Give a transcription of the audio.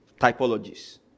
Typologies